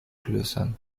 klöstern